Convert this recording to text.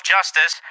Justice